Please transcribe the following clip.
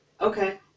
Okay